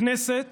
הכנסת